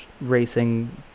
racing